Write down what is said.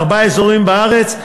בארבעה אזורים בארץ,